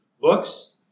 books